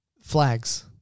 flags